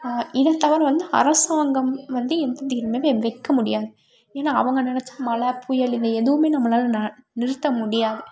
இதை தவிர வந்து அரசாங்கம் வந்து இந்த இனிமேட்டு வைக்கமுடியாது ஏன்னால் அவங்க நினச்சா மழை புயல் இது எதுவுமே நம்மளால் ந நிறுத்தமுடியாது